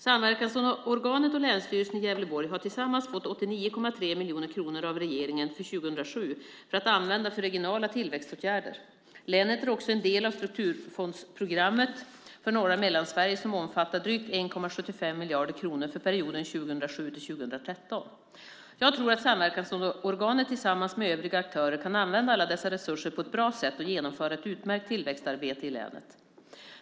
Samverkansorganet och Länsstyrelsen i Gävleborgs län har tillsammans fått 89,3 miljoner kronor av regeringen för 2007 att användas till regionala tillväxtåtgärder. Länet är också en del av strukturfondsprogrammet för norra Mellansverige, som omfattar drygt 1,75 miljarder kronor för perioden 2007-2013. Jag tror att samverkansorganet tillsammans med övriga aktörer kan använda alla dessa resurser på ett bra sätt och genomföra ett utmärkt tillväxtarbete i länet.